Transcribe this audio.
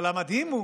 אבל המדהים הוא